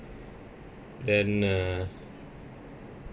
then uh